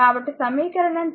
కాబట్టి సమీకరణం 2